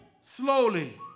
slowly